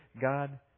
God